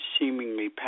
seemingly